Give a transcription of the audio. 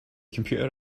computer